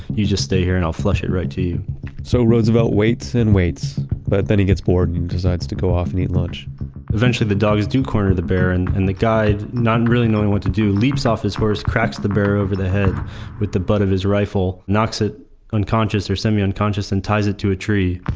you just stay here and i'll flush it right to you so roosevelt waits and waits. but then he gets bored and decides to go off and eat lunch eventually the dogs do corner the bear. and and the guide, not really knowing what to do, leaps off his horse, cracks the bear over the head with the butt of his rifle, knocks it unconscious or semi-unconscious and ties it to a tree.